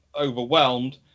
overwhelmed